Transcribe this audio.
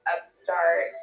Upstart